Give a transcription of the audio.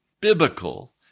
biblical